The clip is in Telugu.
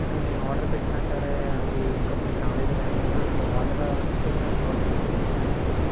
కానీ ఆర్డర్ పెట్టినా సరే అది ఇంకా ఇప్పుడికి రాలేదు కానీ నాకు ఆర్డర్ ఇచ్చేసినట్టు నోటిఫికేషన్ వచ్చింది అండి